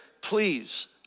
please